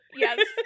Yes